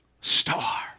Star